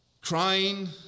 crying